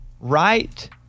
Right